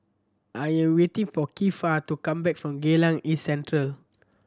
I am waiting for Kiefer to come back from Geylang East Central